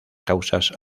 causas